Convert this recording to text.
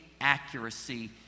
accuracy